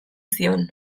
zion